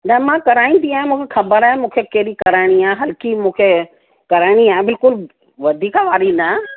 न मां कराईंदी आहियां मूंखे ख़बर आहे मूंखे कहिड़ी कराइणी आहे हल्की मूंखे कराइणी आहे बिल्कुलु वधीक वारी न